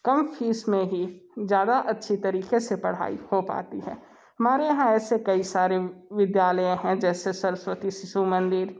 कम फीस में ही ज़्यादा अच्छी तरीके से पढ़ाई हो पाती है हमारे यहाँ ऐसे कई सारे विद्यालय हैं जैसे सरस्वती शिशु मंदिर